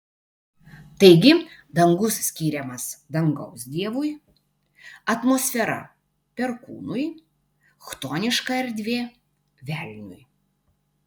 taigi dangus skiriamas dangaus dievui atmosfera perkūnui chtoniška erdvė velniui